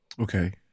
Okay